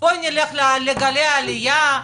בוא נלך לגלי העלייה,